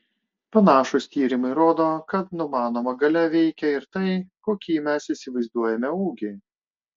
panašūs tyrimai rodo kad numanoma galia veikia ir tai kokį mes įsivaizduojame ūgį